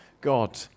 God